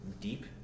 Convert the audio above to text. deep